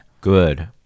Good